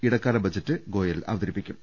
ഇടക്കാല ബജറ്റ് ഗോയൽ അവതരിപ്പിക്കും